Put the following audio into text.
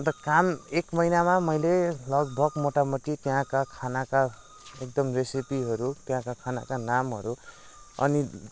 अन्त काम एक महिनामा मैले लगभग मोटामोटी त्यहाँका खानाका एकदम रेसेपीहरू त्यहाँका खानाका नामहरू अनि